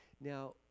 Now